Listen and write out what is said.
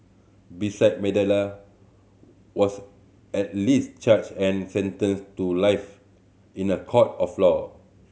besides Mandela was at least charged and sentenced to life in a court of law